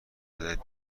بدهید